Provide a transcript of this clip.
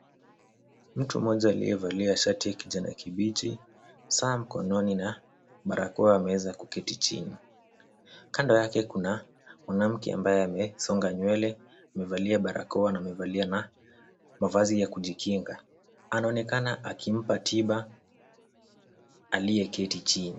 Mtu mmoja aliyevalia shati ya kijani kibichi, saa mkononi na barakoa ameweza kuketi chini. Kando yake kuna mwanamke ambaye amesonga nywele, amevalia barakoa na amevalia mavazi ya kujikinga. Anaonekana akimpa tiba aliyeketi chini.